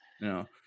no